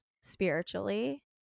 spiritually